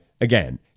again